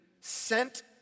sent